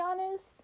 honest